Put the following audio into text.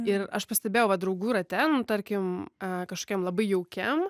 ir aš pastebėjau vat draugų rate nu tarkim a kažkokiam labai jaukiam